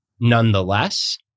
nonetheless